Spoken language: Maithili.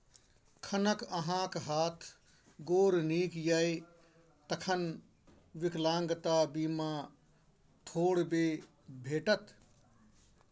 जखन अहाँक हाथ गोर नीक यै तखन विकलांगता बीमा थोड़बे भेटत?